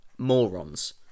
Morons